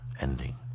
ending